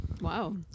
Wow